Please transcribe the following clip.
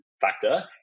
factor